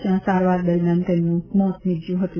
જ્યાં સારવાર દરમિયાન તેમનું મોત નિપજ્યું હતું